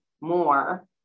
more